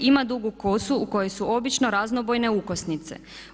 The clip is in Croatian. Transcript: Ima dugu kosu u kojoj su obično raznobojne ukosnice.